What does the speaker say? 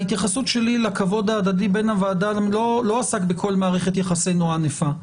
ההתייחסות שלי לכבוד ההדדי בין הוועדה לא עסק בכל מערכת יחסינו הענפה.